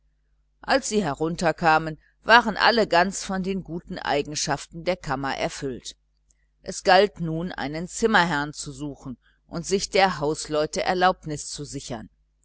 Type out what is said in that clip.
als sie herunter kamen waren alle ganz von den guten eigenschaften der kammer erfüllt es galt nun einen zimmerherrn zu suchen und sich der hausleute erlaubnis zu sichern